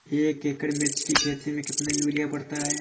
एक एकड़ मिर्च की खेती में कितना यूरिया पड़ता है?